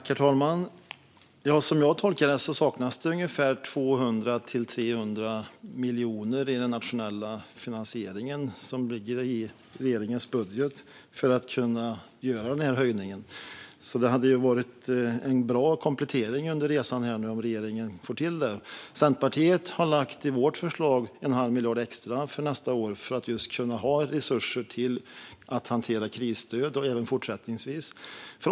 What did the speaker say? Herr talman! Som jag tolkar det saknas det ungefär 200-300 miljoner i den nationella finansieringen i regeringens budget för att man ska kunna göra denna höjning. Det hade varit en bra komplettering under resans gång om regeringen hade fått till detta. Vi i Centerpartiet har i vårt förslag en halv miljard extra för nästa år för att just kunna ha resurser till att hantera krisstöd även fortsättningsvis.